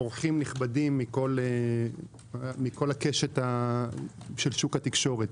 אורחים נכבדים מכל הקשת של שוק התקשורת.